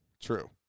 True